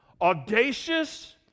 audacious